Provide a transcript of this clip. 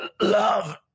Love